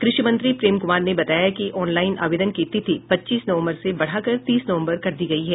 कृषि मंत्री प्रेम कुमार ने बताया कि ऑनलाईन आवेदन की तिथि पच्चीस नवम्बर से बढ़ा कर तीस नवम्बर कर दी गयी है